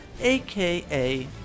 aka